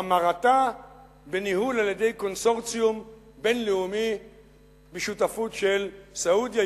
והמרתה בניהול על-ידי קונסורציום בין-לאומי בשותפות של סעודיה,